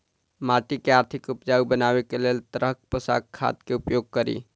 माटि केँ अधिक उपजाउ बनाबय केँ लेल केँ तरहक पोसक खाद केँ उपयोग करि?